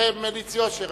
מליץ יושר.